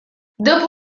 dopo